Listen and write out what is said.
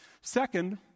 Second